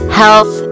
health